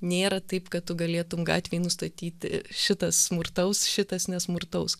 nėra taip kad tu galėtum gatvėj nustatyti šitas smurtaus šitas nesmurtaus